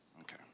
Okay